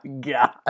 god